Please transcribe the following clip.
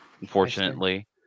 unfortunately